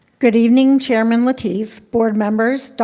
good evening chairman lateef, board members,